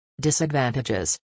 Disadvantages